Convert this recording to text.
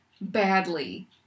badly